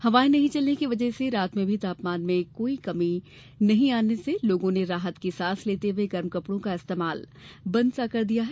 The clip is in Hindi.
हवायें नहीं चलने की वजह से रात में भी तापमान में कोई कमी नहीं आने से लोगों ने राहत की सांस लेते हुए गर्म कपड़ो का इस्तेमाल बंद सा कर दिया है